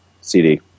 CD